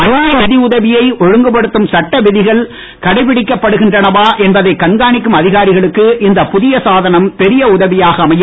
அந்நிய நிதி உதவியை ஒழுங்குபடுத்தும் சட்ட விதிகள் கடைபிடிக்கப்படுகின்றனவா என்பதை கணகாணிக்கும் அதிகாரிகளுக்கு இந்த புதிய சாதனம் பெரிய உதவியாக அமையும்